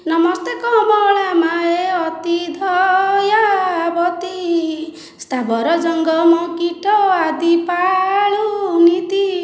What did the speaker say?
ନମସ୍ତେ କମଳା ମାୟେ ଅତି ଦୟାବତୀ ସ୍ଥାବର ଜଙ୍ଗମ କୀଟ ଆଦି ପାଳୁ ନିତି